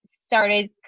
started